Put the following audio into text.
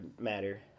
matter